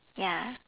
ya